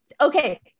okay